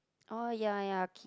oh ya ya kids